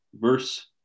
verse